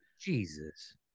Jesus